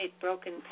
broken